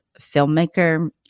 filmmaker